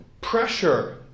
pressure